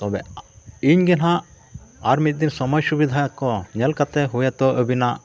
ᱛᱚᱵᱮ ᱤᱧᱜᱮ ᱦᱟᱸᱜ ᱟᱨ ᱢᱤᱫ ᱫᱤᱱ ᱥᱚᱢᱚᱭ ᱥᱩᱵᱤᱫᱷᱟ ᱠᱚ ᱧᱮᱞ ᱠᱟᱛᱮᱫ ᱦᱳᱭᱛᱚ ᱟᱹᱵᱤᱱᱟᱜ